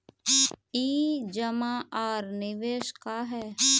ई जमा आर निवेश का है?